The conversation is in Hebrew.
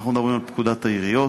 אנחנו מדברים על פקודת העיריות,